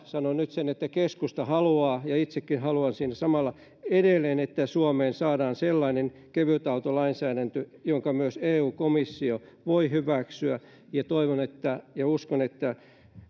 sanon nyt sen että kyllä keskusta haluaa ja itsekin haluan siinä samalla edelleen että suomeen saadaan sellainen kevytautolainsäädäntö jonka myös eu komissio voi hyväksyä ja toivon ja uskon että